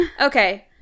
Okay